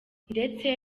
ndetse